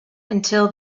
until